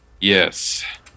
Yes